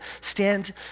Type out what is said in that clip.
stand